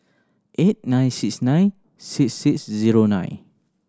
eight nine six nine six six zero nine